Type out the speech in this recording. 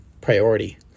priority